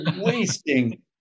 wasting